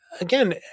again